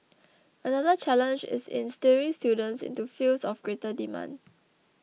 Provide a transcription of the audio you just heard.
another challenge is in steering students into fields of greater demand